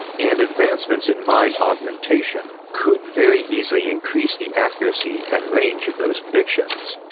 and advancements in mind augmentation could very easily increase the accuracy and range of those predictions.